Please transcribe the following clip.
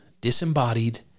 disembodied